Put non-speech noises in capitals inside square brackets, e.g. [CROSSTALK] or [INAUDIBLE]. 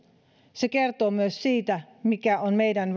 se kertoo myös siitä mikä on meidän [UNINTELLIGIBLE]